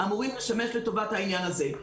אמורים לשמש לטובת העניין הזה.